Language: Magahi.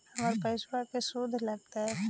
हमर पैसाबा के शुद्ध लगतै?